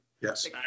Yes